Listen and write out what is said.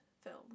film